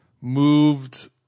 moved